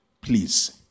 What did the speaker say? please